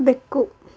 ಬೆಕ್ಕು